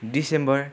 December